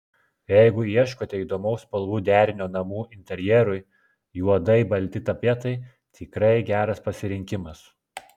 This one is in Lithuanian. jeigu ieškote įdomaus spalvų derinio namų interjerui juodai balti tapetai tikrai geras pasirinkimas